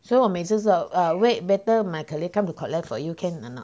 so 我每次说 err wait better my colleague come to collect for you can or not